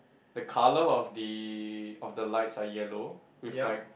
the colour of the of the lights are yellow with like